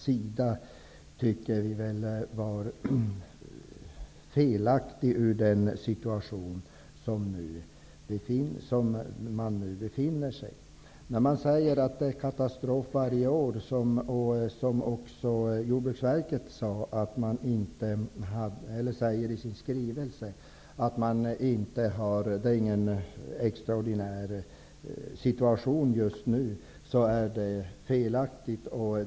Vi tycker att detta var felaktigt i den situation som man nu befinner sig i. Man säger att det är katastrof varje år. Jordbruksverket säger i sin skrivelse att det inte är någon extraordinär situation just nu, men det är felaktigt.